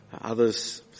Others